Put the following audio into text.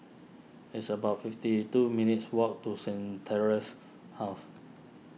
it's about fifty two minutes' walk to Saint theresa's House